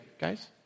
guys